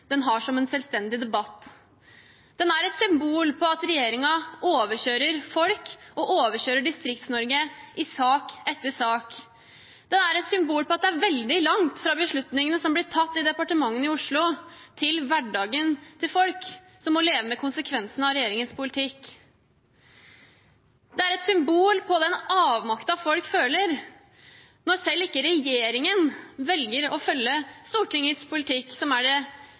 den har som en selvstendig debatt. Den er et symbol på at regjeringen overkjører folk og overkjører Distrikts-Norge i sak etter sak. Den er et symbol på at det er veldig langt fra beslutningene som blir tatt i departementene i Oslo, til hverdagen til folk, som må leve med konsekvensene av regjeringens politikk. Den er et symbol på den avmakten folk føler når selv ikke regjeringen velger å følge Stortingets politikk, som